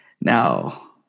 Now